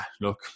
look